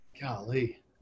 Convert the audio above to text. Golly